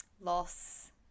loss